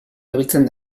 erabiltzen